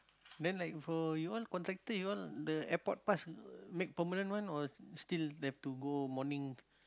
then like for you want contractor you want the airport pass make permanent one or still have to go morning